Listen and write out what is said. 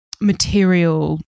material